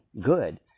good